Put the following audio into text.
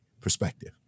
perspective